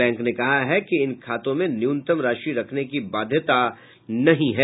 bank ने कहा है कि इन खातों मे न्यूनतम राशि रखने की बाध्यता नहीं है